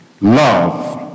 Love